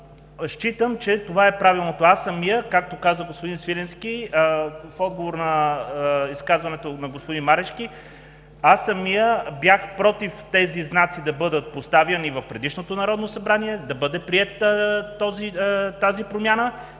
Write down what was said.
Считам, че това е правилното. Аз самият, както каза господин Свиленски, в отговор на изказването на господин Марешки, бях против тези знаци да бъдат поставени в предишното Народно събрание, да бъде приета тази промяна